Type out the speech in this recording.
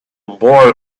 boy